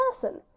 person